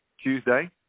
Tuesday